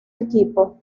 equipo